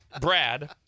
Brad